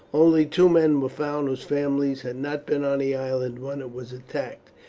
only two men were found whose families had not been on the island when it was attacked.